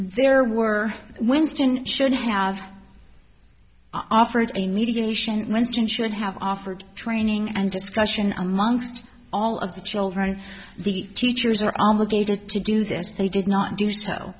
there were winston should have afferent a mediation winston should have offered training and discussion amongst all of the children the teachers are on the gated to do this they did not do